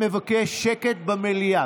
יש לי הרבה מה לומר בעניין הזה,